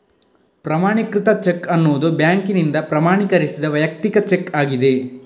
ಪ್ರಮಾಣೀಕೃತ ಚೆಕ್ ಅನ್ನುದು ಬ್ಯಾಂಕಿನಿಂದ ಪ್ರಮಾಣೀಕರಿಸಿದ ವೈಯಕ್ತಿಕ ಚೆಕ್ ಆಗಿದೆ